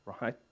right